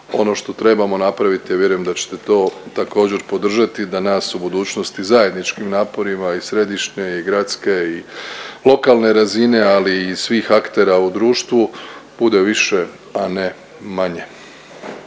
Ono što trebamo napraviti, ja vjerujem da ćete to također podržati da nas u budućnosti zajedničkim naporima i središnje i gradske i lokalne razine, ali i svih aktera u društvu bude više, a ne manje.